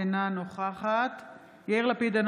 אינה נוכחת יאיר לפיד,